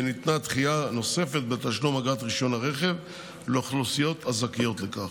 וניתנה דחייה נוספת בתשלום אגרת רישיון הרכב לאוכלוסיות הזכאיות לכך.